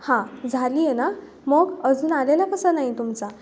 हां झाली आहे ना मग अजून आलेला कसा नाही तुमचा